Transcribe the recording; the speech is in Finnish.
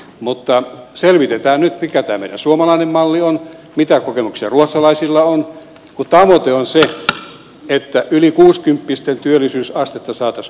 mutta selvitetään nyt mikä tämä meidän suomalainen mallimme on mitä kokemuksia ruotsalaisilla on kun tavoite on se että yli kuusikymppisten työllisyysastetta saataisiin nostettua